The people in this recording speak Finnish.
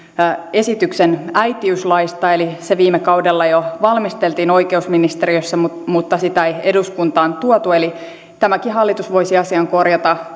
esityksen äitiyslaista se viime vaalikaudella jo valmisteltiin oikeusministeriössä mutta mutta sitä ei eduskuntaan tuotu eli tämäkin hallitus voisi asian korjata